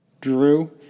Drew